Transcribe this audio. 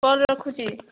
phone ରଖୁଛି